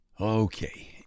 Okay